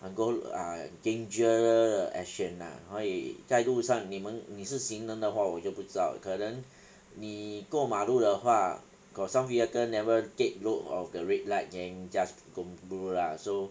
很多 err dangerous 的 action lah 所以在路上你们你是行人的话我就不知道可能你过马路的话 got some vehicle never take note of the red light then just go through lah so